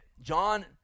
john